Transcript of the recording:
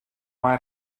mae